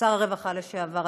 שר הרווחה לשעבר.